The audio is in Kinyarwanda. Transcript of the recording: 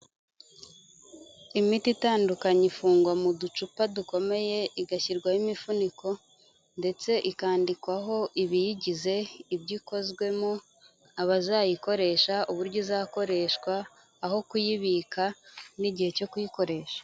Imiti itandukanye ifungwa mu ducupa dukomeye, igashyirwaho imifuniko ndetse ikandikwaho ibiyigize, ibyo ikozwemo, abazayikoresha, uburyo izakoreshwa, aho kuyibika n'igihe cyo kuyikoresha.